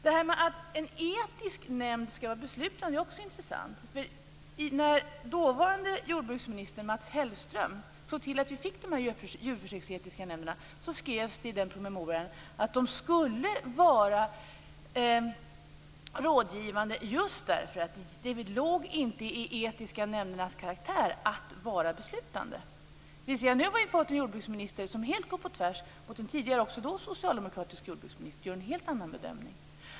Att en etisk nämnd skall vara beslutande är också intressant. När dåvarande jordbruksministern Mats Hellström såg till att vi fick de djurförsöksetiska nämnderna skrevs det i promemorian att de skulle vara rådgivande just därför att det inte låg i etiska nämnders karaktär att vara beslutande. Nu har vi fått en jordbruksminister som går helt på tvärs mot den tidigare, också socialdemokratiske jordbruksministern, och gör en helt annan bedömning.